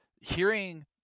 hearing